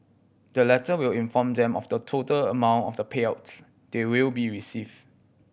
the letter will inform them of the total amount of payouts they will be receive